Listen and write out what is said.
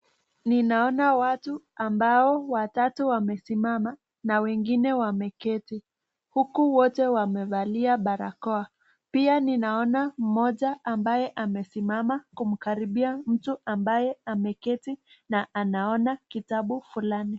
Ninaona watu ambao watatu wamesimama na wengine wameketi. Huku wote wamevalia barakoa. Pia ninaona mmoja ambaye amesimama kumkaribia mtu ambaye ameketi na anaona kitabu fulani.